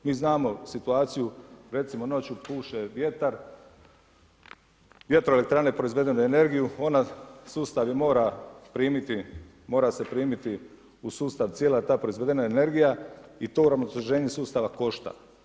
Mi znamo situaciju, recimo noću puše vjetar, vjetroelektrane proizvode energiju, sustav ju mora primiti, mora se primiti u sustav cijela ta proizvedena energija i to uravnoteženje sustava košta.